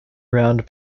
round